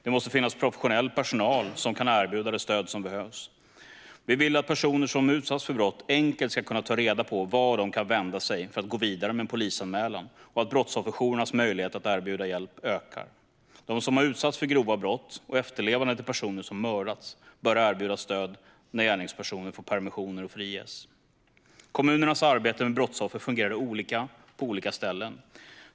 Det måste finnas professionell personal som kan erbjuda det stöd som behövs. Vi vill att personer som har utsatts för brott enkelt ska kunna ta reda på vart de kan vända sig för att gå vidare med en polisanmälan och att brottsofferjourernas möjlighet att erbjuda hjälp ökar. De som har utsatts för grova brott liksom efterlevande till personer som mördats bör erbjudas stöd när gärningspersonen får permissioner eller friges. Kommunernas arbete med brottsoffer fungerar olika på olika ställen.